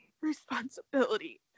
responsibility